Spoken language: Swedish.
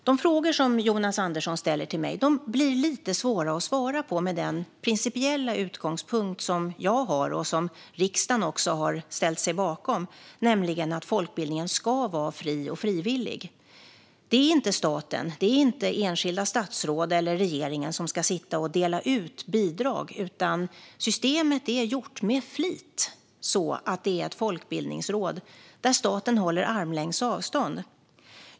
De frågor som Jonas Andersson ställer till mig blir lite svåra att svara på med den principiella utgångspunkt som jag har och som riksdagen har ställt sig bakom, nämligen att folkbildningen ska vara fri och frivillig. Det är inte staten, enskilda statsråd eller regeringen som ska dela ut bidrag. Systemet är med flit gjort på ett sådant sätt att ett folkbildningsråd ska göra det, och staten ska hålla armlängds avstånd.